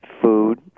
food